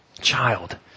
child